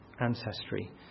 ancestry